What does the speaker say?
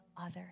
others